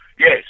Yes